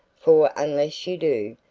for unless you do,